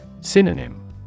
Synonym